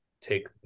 take